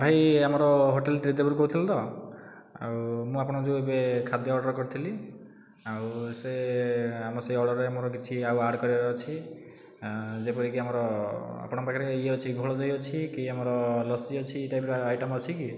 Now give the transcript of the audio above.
ଭାଇ ଆମର ହୋଟେଲ ତ୍ରିଦେବରୁ କହୁଥିଲେ ତ ଆଉ ମୁଁ ଆପଣଙ୍କୁ ଯେଉଁ ଏବେ ଖାଦ୍ୟ ଅର୍ଡର୍ କରିଥିଲି ଆଉ ସେ ଆମର ସେ ଅର୍ଡର୍ରେ ମୋର କିଛି ଆଉ ଆଡ଼୍ କରିବାର ଅଛି ଯେପରିକି ଆମର ଆପଣଙ୍କ ପାଖରେ ଇଏ ଅଛି କି ଘୋଳଦହି ଅଛି କି ଆମର ଲସି ଅଛି ଏ ଟାଇପ୍ର ଆଇଟମ୍ ଅଛି କି